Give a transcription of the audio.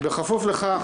בכפוף לכך,